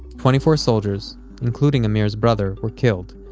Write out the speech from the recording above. twenty-four soldiers including amir's brother were killed,